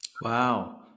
Wow